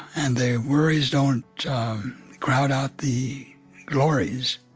and the worries don't crowd out the glories,